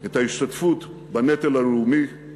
את ההשתתפות בנטל הלאומי,